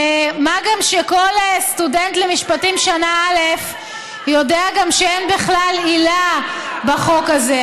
מה גם שכל סטודנט למשפטים שנה א' יודע שאין בכלל עילה בחוק הזה.